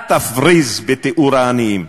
אל תפריז בתיאור העניים.